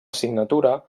signatura